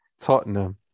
Tottenham